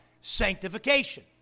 sanctification